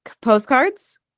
postcards